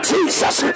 Jesus